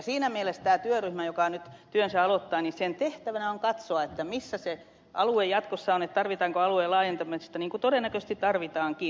siinä mielessä tämän työryhmän joka nyt työnsä aloittaa tehtävänä on katsoa missä se alue jatkossa on tarvitaanko alueen laajentamista niin kuin todennäköisesti tarvitaankin